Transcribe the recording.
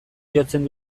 jotzen